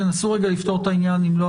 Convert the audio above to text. תנסו לפתור את העניין ואם לא,